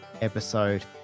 episode